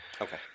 Okay